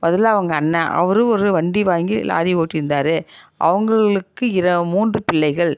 முதல்ல அவங்க அண்ணா அவர் ஒரு வண்டி வாங்கி லாரி ஓட்டிட்ருந்தாரு அவங்களுக்கு இர மூன்று பிள்ளைகள்